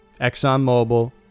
ExxonMobil